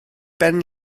ben